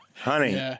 Honey